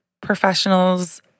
professionals